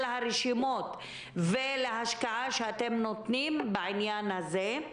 הרשימות ושל ההשקעה שאתם נותנים בעניין זה?